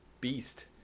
beast